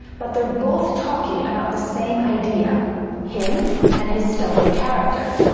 but they're both talking about the same idea him and his stubborn character.